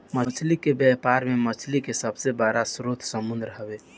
मछली के व्यापार में मछली के सबसे बड़ स्रोत समुंद्र हवे